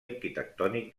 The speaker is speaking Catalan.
arquitectònic